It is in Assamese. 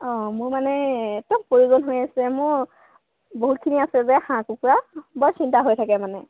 অঁ মোৰ মানে একদম প্ৰয়োজন হৈ আছে মোৰ বহুতখিনি আছে যে হাঁহ কুকুৰা বৰ চিন্তা হৈ থাকে মানে